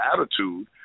attitude